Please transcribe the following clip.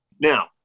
Now